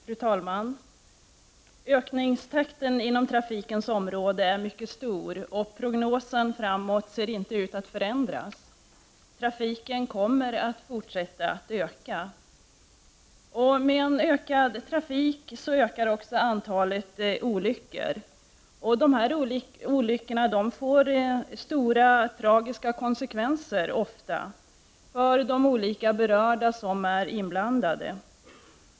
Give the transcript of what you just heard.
Fru talman! Ökningstakten inom trafikens område är mycket hög, och prognosen framåt ser inte ut att innebära någon förändring. Trafiken kommer att fortsätta att öka. Med en ökad trafik höjs också antalet olyckor, som inte alltför sällan får stora tragiska konsekvenser för de berörda och inblandade.